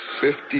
fifty